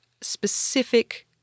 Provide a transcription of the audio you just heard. specific